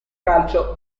calcio